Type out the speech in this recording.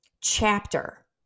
chapter